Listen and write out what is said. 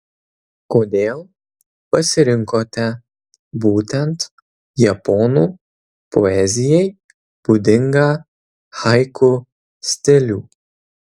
kodėl pasirinkote būtent japonų poezijai būdingą haiku stilių